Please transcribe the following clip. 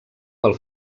pel